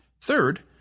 Third